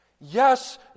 Yes